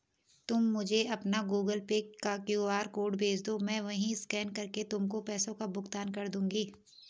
तुम मुझे अपना गूगल पे का क्यू.आर कोड भेजदो, मैं वहीं स्कैन करके तुमको पैसों का भुगतान कर दूंगी